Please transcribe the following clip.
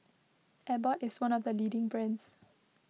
Abbott is one of the leading brands